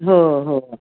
हो हो हो